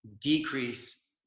decrease